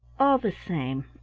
all the same,